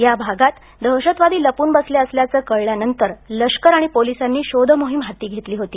या भागात दहशतवादी लपून बसले असल्याचं कळल्यानंतर लष्कर आणि पोलिसांनी शोध मोहीम हाती घेतली होती